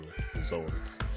zones